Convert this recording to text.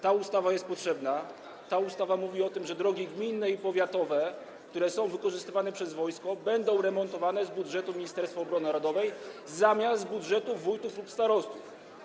Ta ustawa jest potrzebna, ta ustawa mówi o tym, że drogi gminne i powiatowe, które są wykorzystywane przez wojsko, będą remontowane z budżetu Ministerstwa Obrony Narodowej zamiast z budżetów wójtów lub starostów.